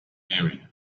area